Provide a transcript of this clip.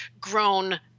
grown